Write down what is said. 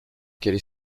qu’elle